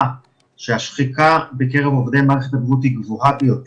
אסיים ואומר, יש מצגת שהכנו ונמסרה לוועדה.